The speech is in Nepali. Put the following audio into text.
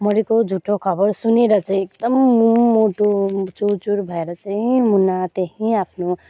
मरेको झुठो खबर सुनेर चाहिँ एकदम मुटु चुरचुर भएर चाहिँ मुना त्यहीँ आफ्नो